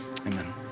amen